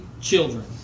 children